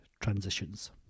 Transitions